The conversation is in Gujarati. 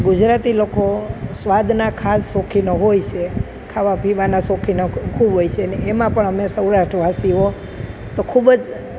ગુજરાતી લોકો સ્વાદના ખાસ શોખીન હોય છે ખાવા પીવાના શોખીન ખૂબ હોય છે અને એમાં પણ અમે સૌરાષ્ટ્ર વાસીઓ તો ખૂબ જ